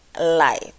life